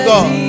God